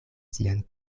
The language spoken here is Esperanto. sian